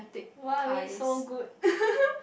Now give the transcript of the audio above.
why are we so good